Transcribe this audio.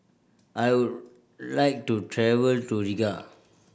I'll like to travel to Riga